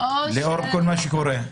לאור כל מה שקורה.